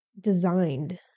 designed